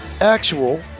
actual